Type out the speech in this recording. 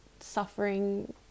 suffering